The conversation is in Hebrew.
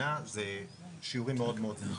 המדינה זה שיעורים מאוד מאוד נמוכים.